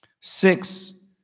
Six